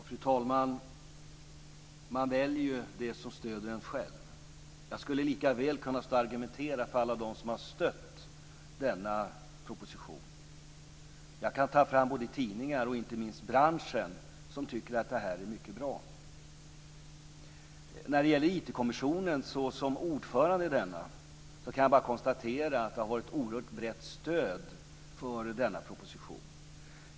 Fru talman! Man väljer ju det som stöder en själv. Jag skulle lika väl kunna stå och argumentera för alla dem som har stött denna proposition. Jag kan ta fram både tidningar och inte minst folk från branschen som tycker att detta är mycket bra. När det gäller IT-kommissionen kan jag som ordförande i denna bara konstatera att det har varit ett oerhört brett stöd för propositionen.